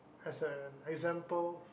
as an example